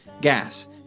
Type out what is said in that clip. gas